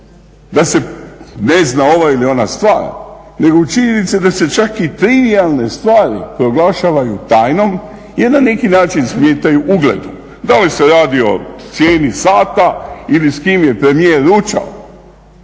da se ne zna ova ili ona stvar nego u činjenici da se čak i trivijalne stvari proglašavaju tajnom jer na neki način smetaju ugledu. Da li se radi o cijeni sada ili s kim je premijer ručao,